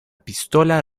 pistola